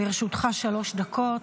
לרשותך שלוש דקות.